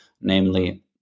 namely